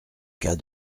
cas